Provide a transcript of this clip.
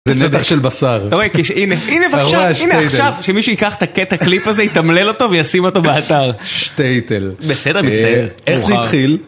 זה נתך של בשר, אתה רואה הנה בבקשה, הנה עכשיו שמישהו ייקח את הקטע קליפ הזה, יתמלל אותו וישים אותו באתר, שטייתל, בסדר מצטער, איך זה התחיל?